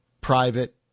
private